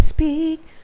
Speak